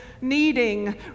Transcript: needing